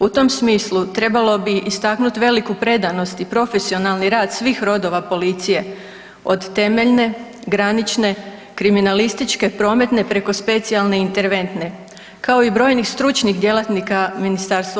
U tom smislu trebalo bi istaknuti veliku predanost i profesionalni rad svih rodova policije od temeljne, granične, kriminalističke, prometne preko specijalne i interventne kao i brojnih stručnih djelatnika MUP-a.